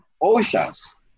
oceans